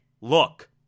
look